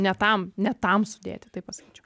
ne tam ne tam sudėti taip pasakyčiau